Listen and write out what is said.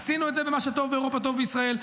עשינו את זה ב"מה שטוב לאירופה טוב לישראל",